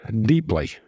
deeply